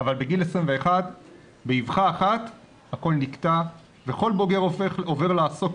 אבל בגיל 21 באבחה אחת הכול נקטע וכל בוגר עובר לעסוק